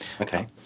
Okay